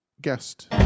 guest